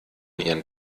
ihren